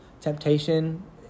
temptation